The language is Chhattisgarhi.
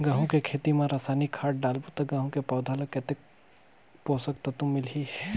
गंहू के खेती मां रसायनिक खाद डालबो ता गंहू के पौधा ला कितन पोषक तत्व मिलही?